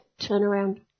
turnaround